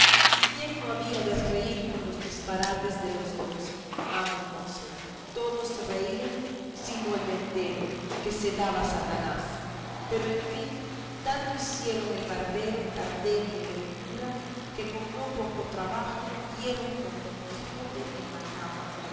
quién no había de reír con los disparates de los dos amo y mozo todos reían sino el ventero que se daba a satanás pero en fin tanto hicieron el barbero cardenio y el cura que con no poco trabajo dieron con don quijote en la cama